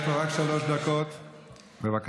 יש לו רק שלוש דקות, בבקשה.